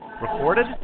Recorded